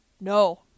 no